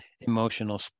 emotional